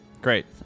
Great